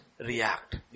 react